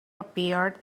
appeared